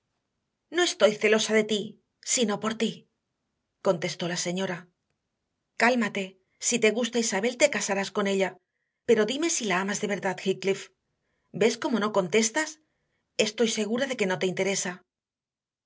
no estoy celosa de ti sino por ti contestó la señora cálmate si te gusta isabel te casarás con ella pero dime si la amas de verdad heathcliff ves cómo no contestas estoy segura de que no te interesa